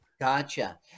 Gotcha